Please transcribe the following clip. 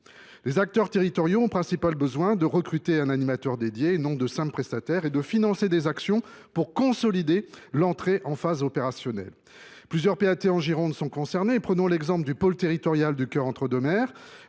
Les acteurs territoriaux ont principalement besoin de recruter un animateur dédié, et non de simples prestataires, et de financer des actions pour consolider l’entrée en phase opérationnelle. En Gironde, plusieurs PAT sont concernés. Prenons l’exemple du pôle territorial du Cœur Entre deux Mers,